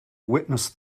witness